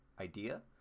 idea